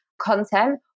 content